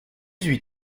huit